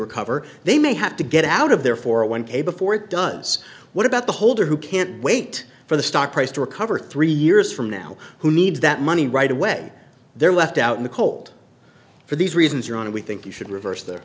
recover they may have to get out of there for a one k before it does what about the holder who can't wait for the stock price to recover three years from now who needs that money right away they're left out in the cold for these reasons your honor we think you should reverse the